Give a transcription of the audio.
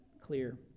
clear